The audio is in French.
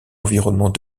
environnement